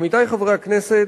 עמיתי חברי הכנסת,